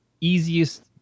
easiest